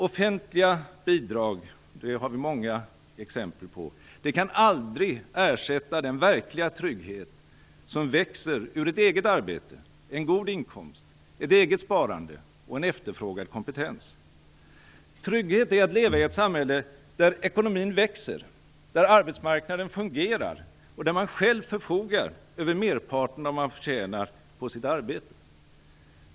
Offentliga bidrag, det har vi många exempel på, kan aldrig ersätta den verkliga trygghet som växer ur ett eget arbete, en god inkomst, ett eget sparande och en efterfrågad kompetens. Trygghet är att leva i ett samhälle där ekonomin växer, där arbetsmarknaden fungerar och där man själv förfogar över merparten av vad man förtjänar på sitt arbete.